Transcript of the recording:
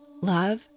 love